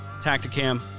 Tacticam